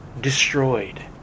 destroyed